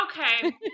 okay